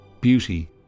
beauty